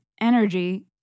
energy